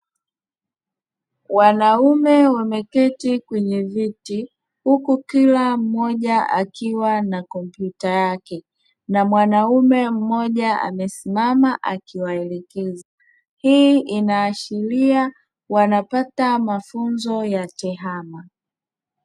Wanaume wameketi kwenye viti huku kila mmoja akiwa na kompyuta yake na mwanaume mmoja amesimama akiwaelekeza. Hii inaashiria wanapata mafunzo ya Tehama.